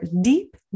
deep